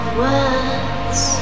words